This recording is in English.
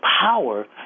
power